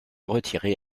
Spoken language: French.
retirer